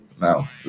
now